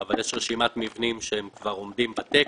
אבל יש רשימת מבנים שהם כבר עומדים בתקן.